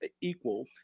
equal